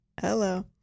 Hello